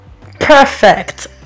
perfect